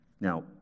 Now